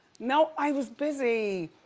no, i was busy.